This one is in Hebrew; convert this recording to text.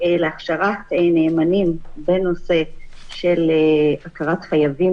להכשרת נאמנים בנושא של הכרת חייבים,